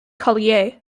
collier